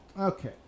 Okay